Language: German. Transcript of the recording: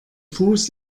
fuß